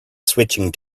switching